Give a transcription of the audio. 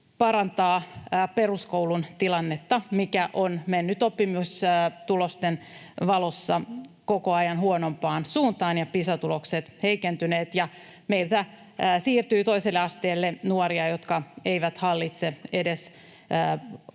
parantaa myös peruskoulun tilannetta, mikä on mennyt oppimistulosten valossa koko ajan huonompaan suuntaan. Pisa-tulokset ovat heikentyneet. Meiltä siirtyy toiselle asteelle nuoria, jotka eivät ole